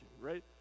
right